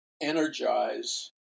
energize